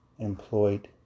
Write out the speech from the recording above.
employed